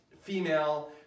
female